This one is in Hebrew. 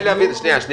קיימים